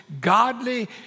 godly